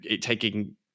taking